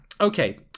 okay